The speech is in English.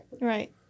right